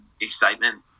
excitement